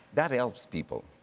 that helps people.